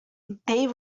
they